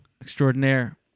extraordinaire